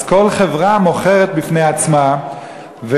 כל חברה בפני עצמה מוכרת,